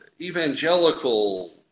evangelical